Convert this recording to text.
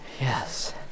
yes